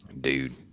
Dude